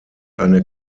eine